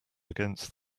against